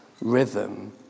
rhythm